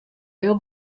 heel